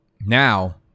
now